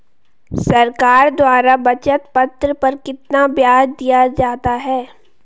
सरकार द्वारा बचत पत्र पर कितना ब्याज दिया जाता है?